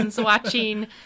watching